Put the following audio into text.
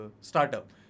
startup